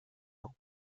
ans